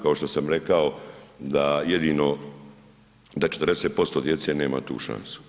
Kao što sam rekao da jedino, da 40% djece nema tu šansu.